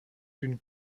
d’une